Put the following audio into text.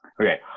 Okay